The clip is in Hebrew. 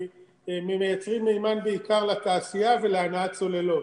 מייצרים מימן בעיקר לתעשייה ולהנעת צוללות.